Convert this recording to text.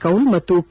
ಕೌಲ್ ಮತ್ತು ಕೆ